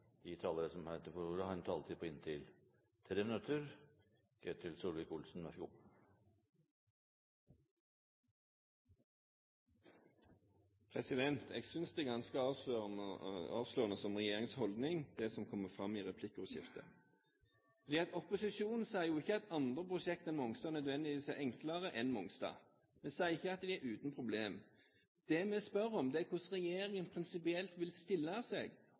De talere som heretter får ordet, har en taletid på inntil 3 minutter. Jeg synes det som kommer fram i replikkordskiftet, er ganske avslørende for regjeringens holdning. Opposisjonen sier jo ikke at andre prosjekter enn Mongstad nødvendigvis er enklere enn Mongstad. Vi sier ikke at det er uten problemer. Det vi spør om, er hvordan regjeringen prinsipielt vil stille seg